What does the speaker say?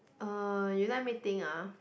uh you let me think ah